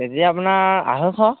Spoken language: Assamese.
কেজি আপোনাৰ আঢ়ৈশ